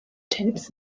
tenth